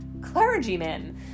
clergymen